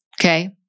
Okay